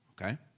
okay